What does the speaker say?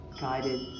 guided